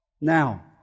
Now